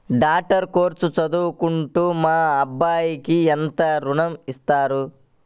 Doctor course చదువుటకు మా అబ్బాయికి ఎంత ఋణం ఇస్తారు?